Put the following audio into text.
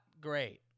great